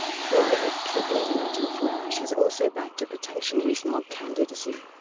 former ukip leader nigel farage has also backed a potential rees-mogg candidacy.